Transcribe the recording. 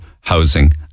housing